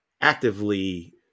actively